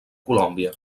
colòmbia